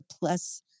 plus